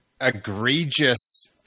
egregious